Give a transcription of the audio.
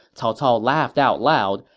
cao cao laughed out loud,